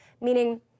meaning